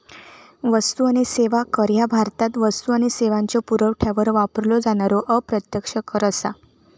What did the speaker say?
वस्तू आणि सेवा कर ह्या भारतात वस्तू आणि सेवांच्यो पुरवठ्यावर वापरलो जाणारो अप्रत्यक्ष कर असा